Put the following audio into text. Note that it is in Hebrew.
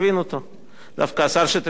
דווקא השר שטרית היה חריג,